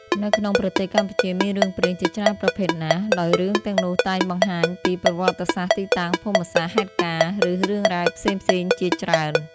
នៅក្នុងប្រទេសកម្ពុជា មានរឿងព្រេងជាច្រើនប្រភេទណាស់ ដោយរឿងទាំងនោះតែងបានបង្ហាញពី ប្រវត្តិសាស្រ្ដ ទីតាំងភូមិសាស្រ្ដ ហេតុការណ៍ ឬរឿងរ៉ាវផ្សេងៗជាច្រើន។